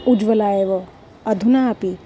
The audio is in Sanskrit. उज्ज्वला एव अधुनापि